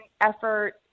effort